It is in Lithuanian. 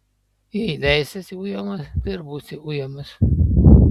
jei leisiesi ujamas tai ir būsi ujamas